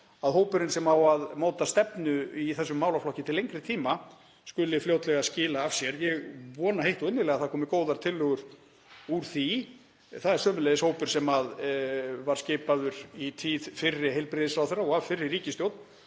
að hópurinn sem á að móta stefnu í þessum málaflokki til lengri tíma skili af sér. Ég vona heitt og innilega að það komi góðar tillögur úr því. Það er sömuleiðis hópur sem var skipaður í tíð fyrri heilbrigðisráðherra og af fyrri ríkisstjórn